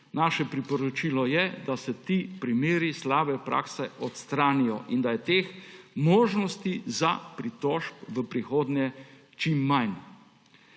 Naše priporočilo je, da se ti primeri slabe prakse odstranijo in da je teh možnosti za pritožbo v prihodnje čim manj.